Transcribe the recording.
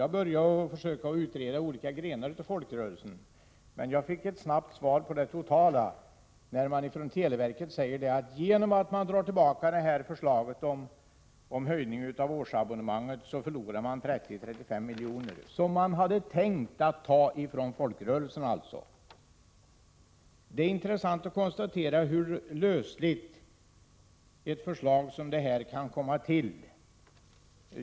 Jag började försöka utreda kostnaderna för olika grenar av folkrörelserna men fick ett snabbt svar, då televerket uttalade att verket genom att dra tillbaka förslaget om höjningen av årsabonnemanget förlorar 30-35 milj.kr., som man alltså hade tänkt att ta från folkrörelserna. Det är intressant att konstatera hur lösligt ett förslag som detta kan komma till.